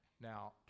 Now